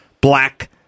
black